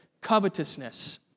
Covetousness